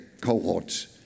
cohorts